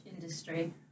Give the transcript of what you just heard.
industry